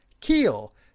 Keel